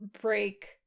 break